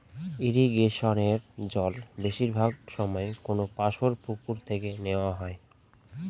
ইরিগেশনের জল বেশিরভাগ সময় কোনপাশর পুকুর থেকে নেওয়া হয়